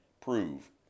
prove